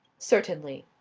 certainly.